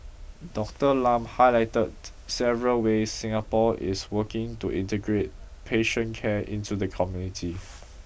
Doctor Lam highlighted several ways Singapore is working to integrate patient care into the community